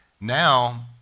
Now